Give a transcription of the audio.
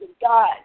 God